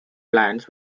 plants